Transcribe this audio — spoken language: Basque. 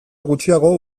gutxiago